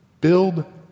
Build